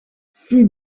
six